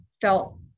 felt